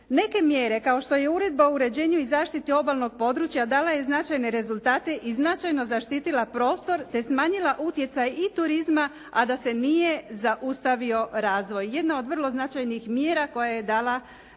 Neke mjere, kao što je Uredba o uređenju i zaštiti obalnog područja, dala je značajne rezultate i značajno zaštitila prostor te smanjila utjecaj i turizma, a da se nije zaustavio razvoj. Jedna od vrlo značajnih mjera koja je dala rezultate